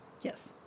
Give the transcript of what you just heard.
Yes